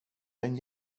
den